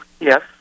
Yes